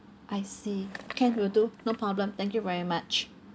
I see can will do no problem thank you very much